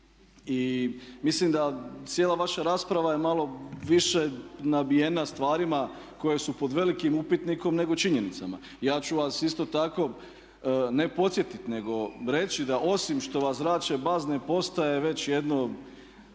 I mislim da cijela vaša rasprava je malo više nabijena stvarima koje su pod velikim upitnikom nego činjenicama. Ja ću vas isto tako, ne podsjetiti nego reći da osim što vas zrače bazne postaje već jedno